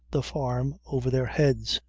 the farm over their heads.